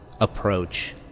approach